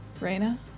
Reyna